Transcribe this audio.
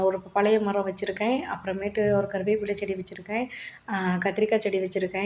ஒரு பழைய மரம் வச்சிருக்கேன் அப்புறமேட்டு ஒரு கருவேப்பில்லை செடி வச்சிருக்கேன் கத்திரிக்காய் செடி வச்சிருக்கேன்